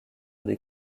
des